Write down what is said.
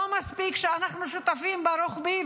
לא מספיק שאנחנו שותפים ברוחבי,